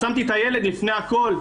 אז שמתי את הילד לפני הכול.